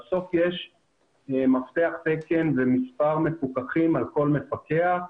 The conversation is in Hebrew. בסוף יש מפתח תקן למספר מפוקחים על כל מפקח.